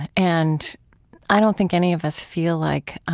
and i don't think any of us feel like